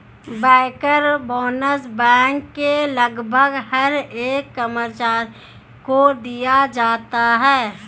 banker bonus bank के लगभग हर एक कर्मचारी को दिया जाता है